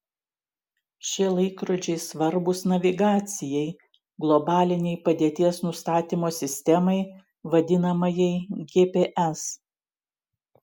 šie laikrodžiai svarbūs navigacijai globalinei padėties nustatymo sistemai vadinamajai gps